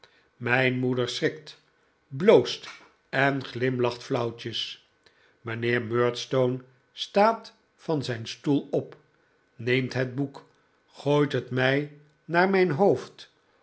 mijn moeder schrikt bloost en glimlacht flauwtjes mijnheer murdstone staat van zijn stoel op neemt het boek gooit het mij naar mijn hoofd